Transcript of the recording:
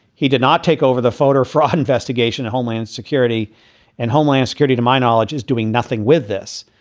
he did not take over the voter fraud investigation. homeland security and homeland security, to my knowledge, is doing nothing with this.